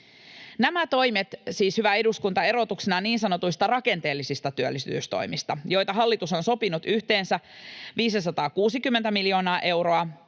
Nämä toimet siis, hyvä eduskunta, erotuksena niin sanotuista rakenteellisista työllisyystoimista, joita hallitus on sopinut yhteensä 560 miljoonaa euroa.